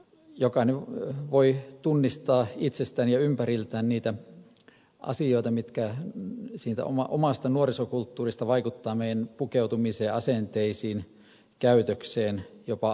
jokainen voi tunnistaa itsestään ja ympäriltään niitä asioita jotka omasta nuorisokulttuuristamme vaikuttavat meidän pukeutumiseemme asenteisiimme käytökseemme jopa arvoihimme